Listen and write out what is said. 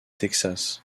texas